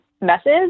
message